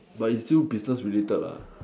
but it's still business related lah